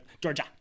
Georgia